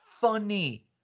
funny